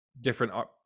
different